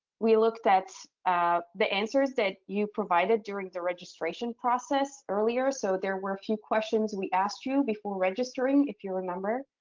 we looked at the answers that you provided during the registration process earlier so there were a few questions we asked you before registering, if you remember.